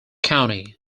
county